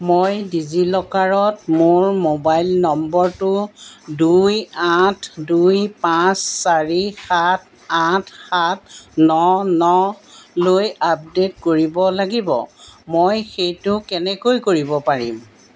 মই ডিজিলকাৰত মোৰ মোবাইল নম্বৰটো দুই আঠ দুই পাঁচ চাৰি সাত আঠ সাত ন নলৈ আপডেট কৰিব লাগিব মই সেইটো কেনেকৈ কৰিব পাৰিম